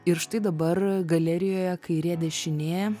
ir štai dabar galerijoje kairė dešinė